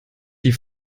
die